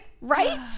right